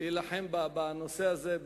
להילחם בנושא הזה.